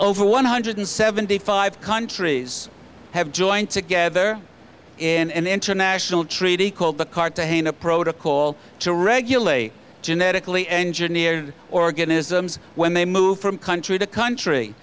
over one hundred seventy five countries have joined together in an international treaty called the card to hang a protocol to regulate genetically engineer organisms when they move from country to country